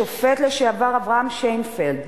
השופט לשעבר אברהם שיינפלד,